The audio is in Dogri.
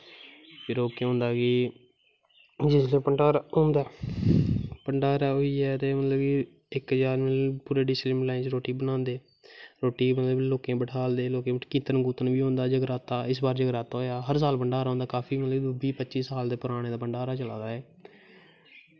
फिर ओह् केह् होंदा कि जिसलै भण्डारा होंदा भण्डारा होईयै ते इक बार पूरे डिशें गी बनांदे रुट्टी मतलव लोकें गी बठालदे इसबार जगराता होया हर साल भण्डारा होंदा बाह् पच्ची साल परानां भण्डारा चला दा ऐ